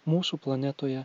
mūsų planetoje